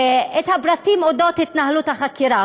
את הפרטים על אודות התנהלות החקירה,